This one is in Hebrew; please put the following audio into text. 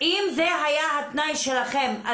זה היה התנאי שלכם,